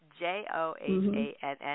J-O-H-A-N-N